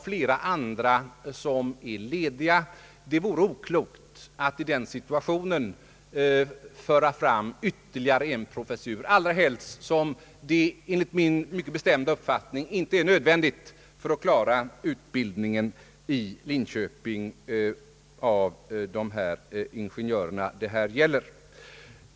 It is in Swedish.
Flera andra är lediga, och det vore oklokt att i den situationen föreslå ytterligare en professur, allra helst som det enligt min mycket bestämda uppfattning inte är nödvändigt för att klara utbildningen i Linköping av de ingenjörer det gäller.